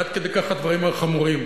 עד כדי כך הדברים היו חמורים.